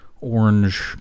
orange